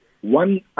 one